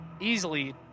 Easily